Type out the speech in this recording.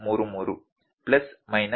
33 plus minus 0